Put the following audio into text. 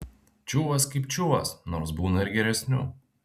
čiuvas kaip čiuvas nors būna ir geresnių